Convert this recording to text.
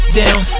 down